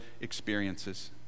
experiences